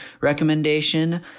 recommendation